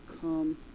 come